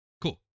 cool